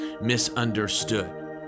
misunderstood